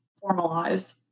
formalized